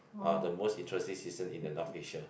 ah the most interesting season in the North Asia